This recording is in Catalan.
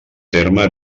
terme